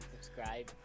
subscribe